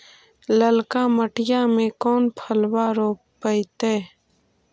ललका मटीया मे कोन फलबा रोपयतय?